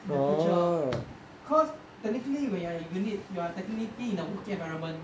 in the future cause technically when you're in unit you are technically in a working environment